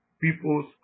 people's